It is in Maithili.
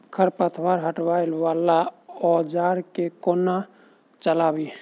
खरपतवार हटावय वला औजार केँ कोना चलाबी?